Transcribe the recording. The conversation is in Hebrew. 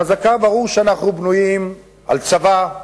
חזקה, ברור שאנחנו בנויים על צבא,